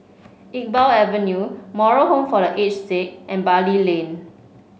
Iqbal Avenue Moral Home for The Aged Sick and Bali Lane